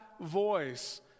voice